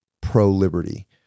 pro-liberty